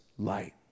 Light